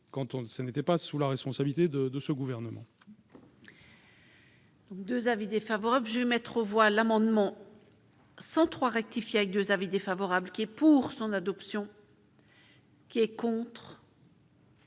on ne ce n'était pas sous la responsabilité de ce gouvernement.